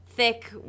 thick